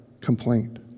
complaint